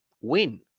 win